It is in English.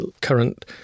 current